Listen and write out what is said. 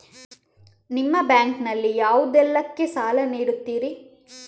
ನಿಮ್ಮ ಬ್ಯಾಂಕ್ ನಲ್ಲಿ ಯಾವುದೇಲ್ಲಕ್ಕೆ ಸಾಲ ನೀಡುತ್ತಿರಿ?